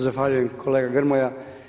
Zahvaljujem kolega Grmoja.